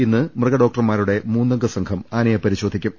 ഇന്ന് മൃഗഡോക്ടർമാരുടെ മൂന്നംഗ സംഘം ആനയെ പരിശോധിക്കും